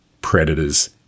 predators